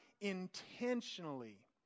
intentionally